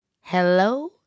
Hello